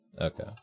Okay